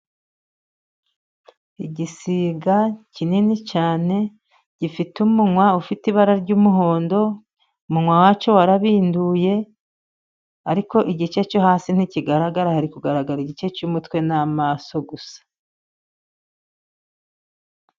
Igisiga kinini cyane, gifite umunwa ufite ibara ry'umuhondo, umunwa wacyo warabinduye ariko igice cyo hasi ntikigaragara, hari kugaragara igice cy'umutwe n'amaso gusa.